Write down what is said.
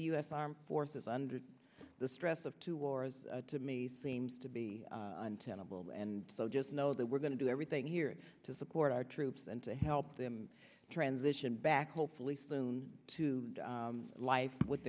the u s armed forces under the stress of two wars to me seems to be untenable and so just know that we're going to do everything here to support our troops and to help them transition back hopefully soon to live with